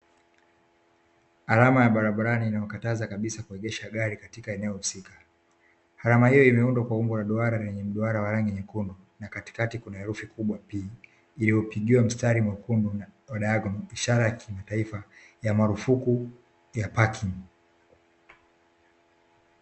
Alama ya barabarani inayokataza kabisa kuegesha gari katika eneo husika. Alama hiyo imeundwa kwa umbo la duara lenye mduara wa rangi nyekundu na katikati kuna herufi kubwa P iliyopigiwa mstari mwekundu kwa diagonal. Ishara ya kimataifa ya marufuku ya parking."